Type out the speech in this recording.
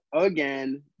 again